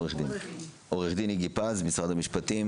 נעלה בזום את עורך הדין איגי פז מהייעוץ המשפטי במשרד